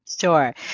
Sure